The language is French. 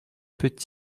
petit